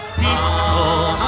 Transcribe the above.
people